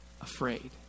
afraid